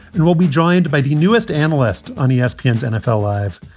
and we'll be joined by the newest analyst on espn nfl life,